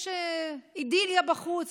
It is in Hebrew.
יש אידיליה בחוץ.